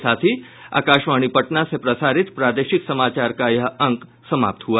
इसके साथ ही आकाशवाणी पटना से प्रसारित प्रादेशिक समाचार का ये अंक समाप्त हुआ